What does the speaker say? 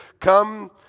come